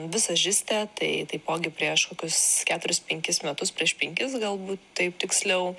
visažistė tai taipogi prieš kokius keturis penkis metus prieš penkis galbūt taip tiksliau